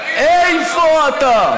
יריב, איפה אתה?